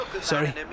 sorry